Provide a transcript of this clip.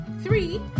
three